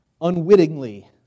unwittingly